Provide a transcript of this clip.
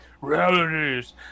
realities